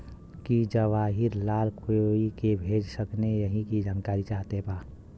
की जवाहिर लाल कोई के भेज सकने यही की जानकारी चाहते बा?